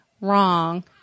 wrong